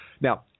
Now